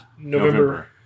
November